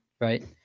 right